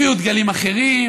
הביאו דגלים אחרים,